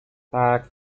tak